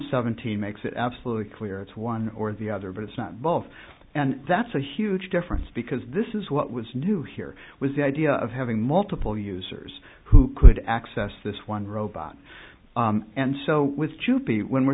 seventeen makes it absolutely clear it's one or the other but it's not both and that's a huge difference because this is what was new here was the idea of having multiple users who could access this one robot and so with jupiter when we're